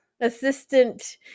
assistant